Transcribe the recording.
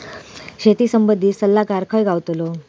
शेती संबंधित सल्लागार खय गावतलो?